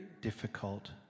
difficult